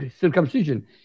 circumcision